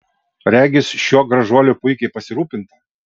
regis šiuo gražuoliu puikiai pasirūpinta